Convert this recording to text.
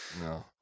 no